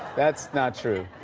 that's not true.